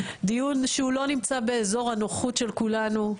דיון שהוא לא נמצא באזור הנוחות של כולנו,